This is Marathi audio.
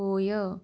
होय